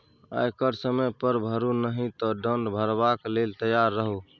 आयकर समय पर भरू नहि तँ दण्ड भरबाक लेल तैयार रहु